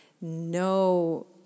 no